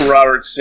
Robert